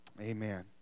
Amen